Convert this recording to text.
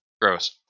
Gross